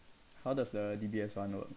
how does the D_B_S one work